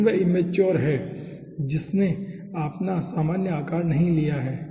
लेकिन वह इमेच्योर है जिसने अपना सामान्य आकार नहीं लिया है